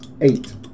Eight